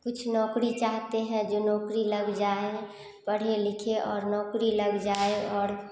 कुछ नौकरी चाहते हैं जो नौकरी लग जाय पढ़ें लिखें और नौकरी लग जाय और और